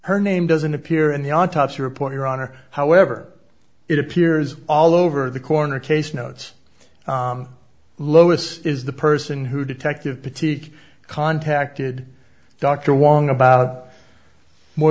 her name doesn't appear in the autopsy report your honor however it appears all over the corner case notes lois is the person who detective perty contacted dr wong about more